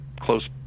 close